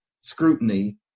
scrutiny